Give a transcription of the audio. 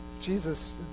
Jesus